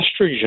estrogen